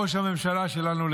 ראש הממשלה שלנו,